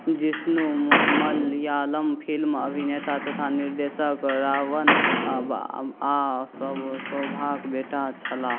Jishnu Malayalam film अभिनेता तथा निर्देशक राघवन आओर शोभाके बेटा छलाह